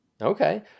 Okay